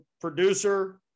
producer